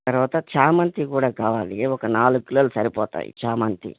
తర్వాత చామంతి కూడా కావాలి ఒక నాలుగు కిలోలు సరిపోతాయి చామంతి